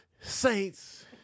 Saints